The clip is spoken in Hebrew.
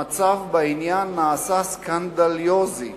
המצב בעניין נעשה סקנדליוזי.